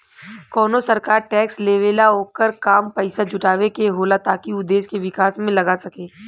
कवनो सरकार टैक्स लेवेला ओकर काम पइसा जुटावे के होला ताकि उ देश के विकास में लगा सके